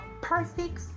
perfect